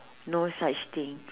no such thing